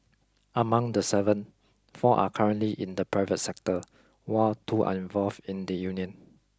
among the seven four are currently in the private sector while two are involved in the union